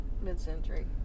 mid-century